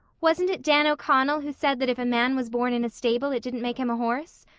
wasn't it dan o'connell who said that if a man was born in a stable it didn't make him a horse?